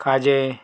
खाजें